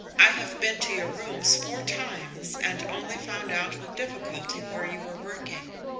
i have been to your rooms four times and only found out with difficulty where you were working.